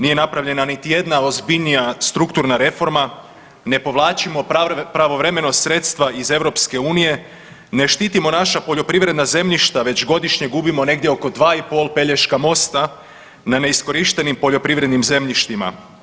Nije napravljena niti jedna ozbiljnija strukturna reforma, ne povlačimo pravovremeno sredstva iz EU, ne štitimo naša poljoprivredna zemljišta već godišnje gubimo negdje oko dva i pol pelješka mosta na neiskorištenim poljoprivrednim zemljištima.